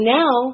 now